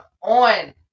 on